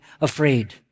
afraid